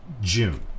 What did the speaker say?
June